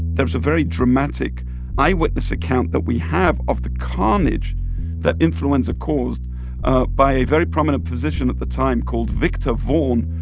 there was a very dramatic eyewitness account that we have of the carnage that influenza caused ah by a very prominent position at the time called victor vaughan,